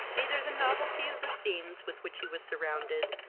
neither the novelty of the scenes with which he was surrounded,